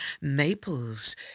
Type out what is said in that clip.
Maples